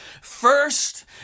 first